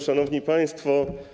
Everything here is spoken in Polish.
Szanowni Państwo!